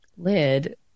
Lid